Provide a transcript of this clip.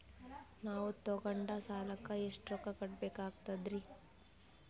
ನಾವು ತೊಗೊಂಡ ಸಾಲಕ್ಕ ಎಷ್ಟು ರೊಕ್ಕ ಕಟ್ಟಬೇಕಾಗ್ತದ್ರೀ?